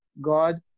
God